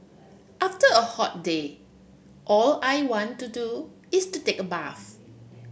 after a hot day all I want to do is to take bath